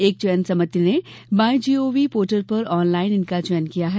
एक चयन समिति ने My G O V portal पर ऑनलाइन इनका चयन किया है